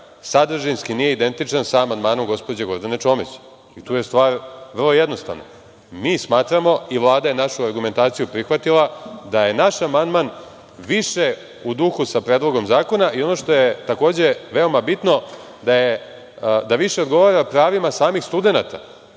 sadržinski nije identičan sa amandmanom gospođe Čomić. Tu je stvar vrlo jednostavna. Mi smatramo, i Vlada je našu argumentaciju prihvatila, da je naš amandman više u duhu sa Predlogom zakona, i ono što je takođe veoma bitno, da više odgovara pravima samih studenata,